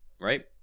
right